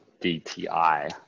DTI